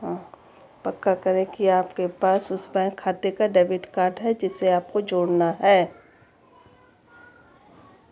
पक्का करें की आपके पास उस बैंक खाते का डेबिट कार्ड है जिसे आपको जोड़ना है